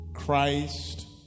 Christ